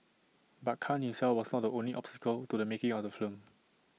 but Khan himself was not the only obstacle to the making of the film